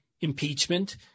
impeachment